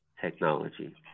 technology